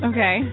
Okay